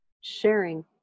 sharing